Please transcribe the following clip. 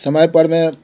समय पर में